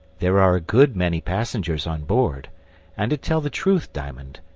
there are a good many passengers on board and to tell the truth, diamond,